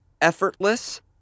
effortless